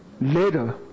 Later